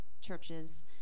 churches